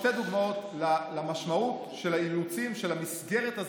שתי דוגמאות למשמעות של אילוצי המסגרת של